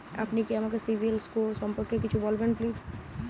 আপনি কি আমাকে সিবিল স্কোর সম্পর্কে কিছু বলবেন প্লিজ?